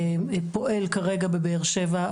פועל כרגע בבאר שבע,